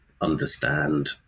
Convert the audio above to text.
understand